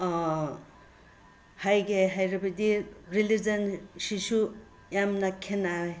ꯍꯥꯏꯒꯦ ꯍꯥꯏꯔꯕꯗꯤ ꯔꯤꯂꯤꯖꯟꯁꯤꯁꯨ ꯌꯥꯝꯅ ꯈꯦꯠꯅꯩ